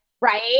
Right